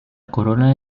corola